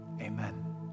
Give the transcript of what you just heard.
Amen